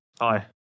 Hi